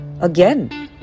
again